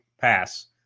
pass